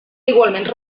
igualment